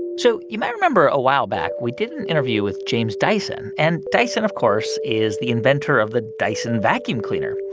so you might remember a while back we did an interview with james dyson. and dyson, of course, is the inventor of the dyson vacuum cleaner.